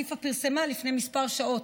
פיפ"א פרסמה לפני כמה שעות,